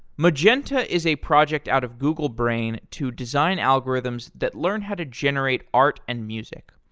magenta is a project out of google brain to design algorithms that learn how to generate art and music.